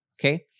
okay